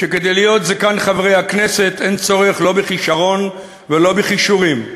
שכדי להיות זקן חברי הכנסת אין צורך לא בכישרון ולא בכישורים,